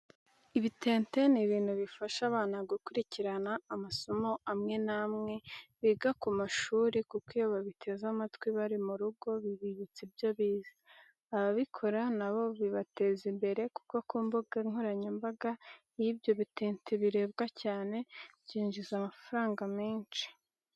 Ibitente ni ibintu bifasha abana gukurikirana amasomo amwe n'amwe, biga ku mashuri kuko iyo babiteze amatwi bari mu rugo bibibutsa ibyo bize. Ababikora na bo bibateza imbere kuko ku mbuga nkoranyambaga iyo ibyo bitente birebwe cyane byinjiza amafaranga menshi.